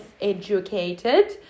educated